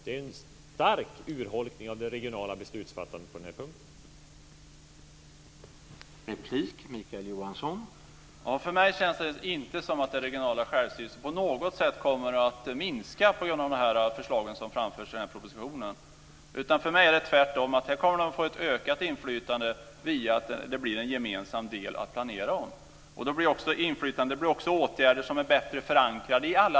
Det är en stark urholkning av det regionala beslutsfattandet på den här punkten.